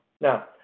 Now